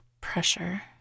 pressure